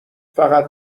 فقط